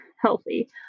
healthy